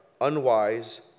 unwise